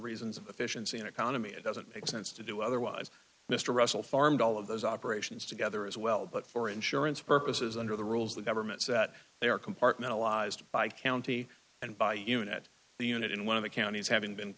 reasons of efficiency and economy it doesn't make sense to do otherwise mr russell farmed all of those operations together as well but for insurance purposes under the rules the government set their compartmentalise to by county and by unit the unit in one of the counties having been